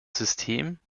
system